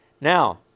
Now